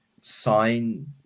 sign